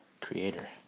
creator